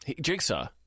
Jigsaw